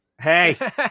Hey